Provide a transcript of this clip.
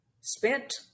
spent